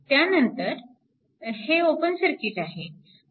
त्यानंतर हे open circuit आहे